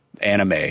anime